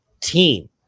team